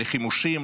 לחימושים,